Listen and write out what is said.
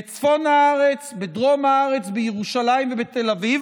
בצפון הארץ, בדרום הארץ, בירושלים ובתל אביב.